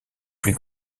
plus